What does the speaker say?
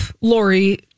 Lori